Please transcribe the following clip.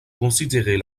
considérer